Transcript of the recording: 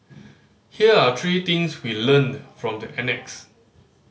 here are three things we learnt from the annex